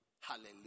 Hallelujah